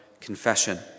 confession